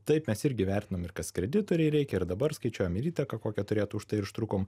taip mes irgi vertinam ir kas kreditoriai reikia ir dabar skaičiuojam ir įtaką kokia turėtų už tai ir užtrukom